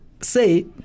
say